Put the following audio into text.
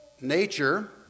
nature